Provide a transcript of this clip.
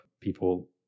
people